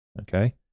Okay